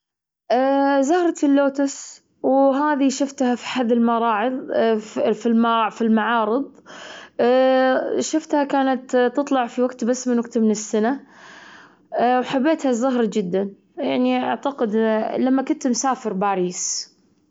شفت مرة سحلية غريبة جدا بالبر. كان عليها ألوان غريبة، وكان كانت غريبة الشكل والمنظر. وبعد شفت عناكب، عنكب كان كبير وايد، وايد حيل. كان جميل جدا في الصحراء وفي البر.